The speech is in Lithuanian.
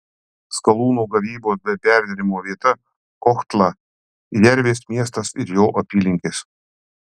skalūno gavybos bei perdirbimo vieta kohtla jervės miestas ir jo apylinkės